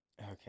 Okay